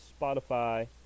Spotify